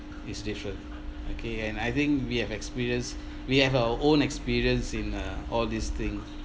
it's different okay and I think we have experienced we have our own experience in uh all this thing